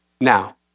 Now